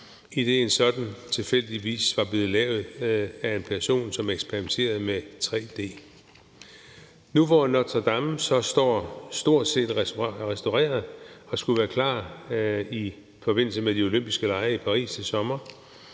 idet en sådan tilfældigvis var blevet lavet af en person, som eksperimenterede med tre-d. Nu, hvor Notre-Dame står stort set restaureret og skulle blive klar i forbindelse med de olympiske lege i Paris til sommer,